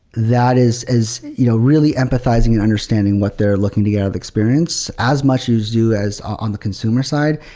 that is as you know really empathizing and understanding what they're looking to get out of experience, as much as you guys are on the consumer side,